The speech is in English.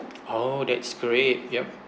oh that's great yup